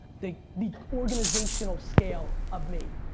the the organizational scale of me.